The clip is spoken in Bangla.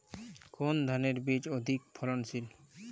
কোন ধানের বীজ অধিক ফলনশীল?